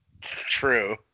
True